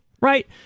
right